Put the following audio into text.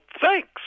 thanks